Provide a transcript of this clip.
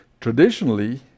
traditionally